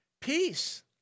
peace